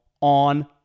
on